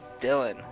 Dylan